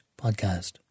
podcast